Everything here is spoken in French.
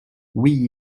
oui